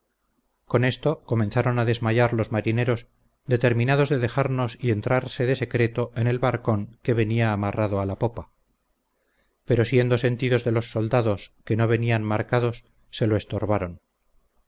con esto comenzaron a desmayar los marineros determinados de dejarnos y entrarse de secreto en el barcón que venía amarrado a la popa pero siendo sentidos de los soldados que no venían marcados se lo estorbaron